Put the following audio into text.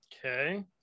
Okay